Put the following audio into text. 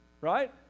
Right